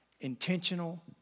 Intentional